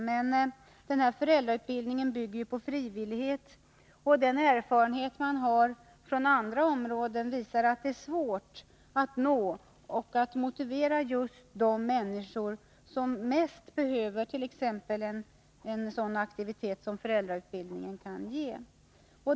Men föräldrautbildningen bygger på frivillighet, och erfarenheter från andra områden visar att det är svårt att nå och motivera just de människor som mest behöver t.ex. en sådan aktivitet som föräldrautbildningen.